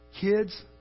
Kids